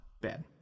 bad